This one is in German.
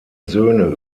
söhne